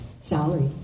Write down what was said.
Salary